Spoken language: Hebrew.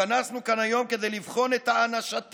התכנסנו כאן היום כדי לבחון את הענשתם